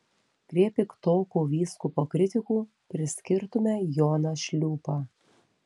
prie piktokų vyskupo kritikų priskirtume joną šliūpą